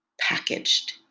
packaged